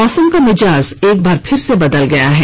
मौसम का मिजाज एक बार फिर से बदल गया है